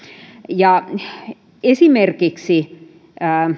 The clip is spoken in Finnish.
esimerkiksi